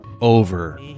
Over